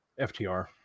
FTR